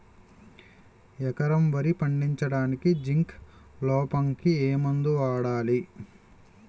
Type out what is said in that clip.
ఎకరం వరి పండించటానికి జింక్ లోపంకి ఏ మందు వాడాలి?